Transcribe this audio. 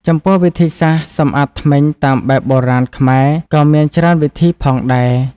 ចំពោះវិធីសាស្រ្តសម្អាតធ្មេញតាមបែបបុរាណខ្មែរ ក៏មានច្រើនវិធីផងដែរ។